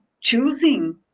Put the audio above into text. choosing